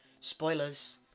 spoilers